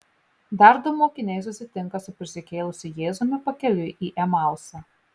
dar du mokiniai susitinka su prisikėlusiu jėzumi pakeliui į emausą